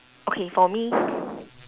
okay for me